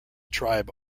tribe